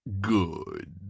Good